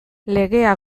legea